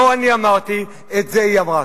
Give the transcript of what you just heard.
לא אני אמרתי, את זה היא אמרה.